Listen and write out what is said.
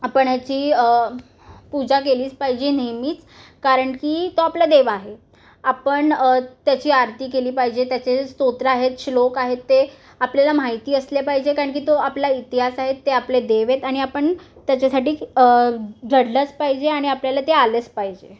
आपण ह्याची पूजा केलीच पाहिजे नेहमीच कारण की तो आपला देव आहे आपण त्याची आरती केली पाहिजे त्याचे स्तोत्र आहेत श्लोक आहेत ते आपल्याला माहिती असले पाहिजे कारण की तो आपला इतिहास आहेत ते आपले देव आहेत आणि आपण त्याच्यासाठी झडलंच पाहिजे आणि आपल्याला ते आलंच पाहिजे